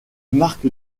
marque